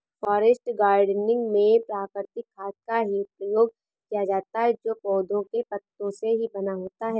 forest gardening में प्राकृतिक खाद का ही प्रयोग किया जाता है जो पौधों के पत्तों से ही बना होता है